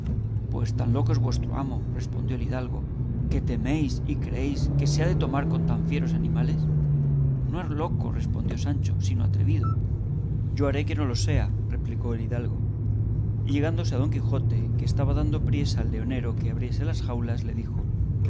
pues tan loco es vuestro amo respondió el hidalgo que teméis y creéis que se ha de tomar con tan fieros animales no es loco respondió sancho sino atrevido yo haré que no lo sea replicó el hidalgo y llegándose a don quijote que estaba dando priesa al leonero que abriese las jaulas le dijo